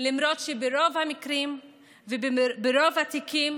למרות שברוב המקרים וברוב התיקים